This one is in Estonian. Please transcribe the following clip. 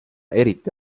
eriti